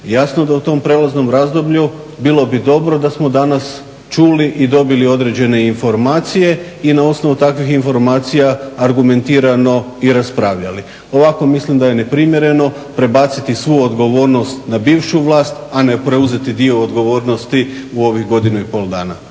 jasno da u tom prijelaznom razdoblju bilo bi dobro da smo danas čuli i dobili određene informacije i na osnovu takvih informacija argumentirano i raspravljali. Ovako mislim da je neprimjereno prebaciti svu odgovornost na bivšu vlast a ne preuzeti dio odgovornosti u ovih godinu i pol dana.